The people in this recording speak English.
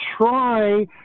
try